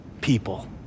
people